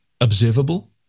observable